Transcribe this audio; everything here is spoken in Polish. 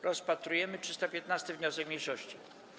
Rozpatrujemy 315. wniosek mniejszości.